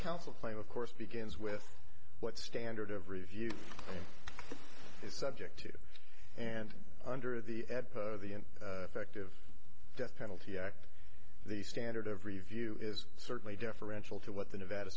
counsel claim of course begins with what standard of review is subjective and under the the an effective death penalty act the standard of review is certainly deferential to what the nevada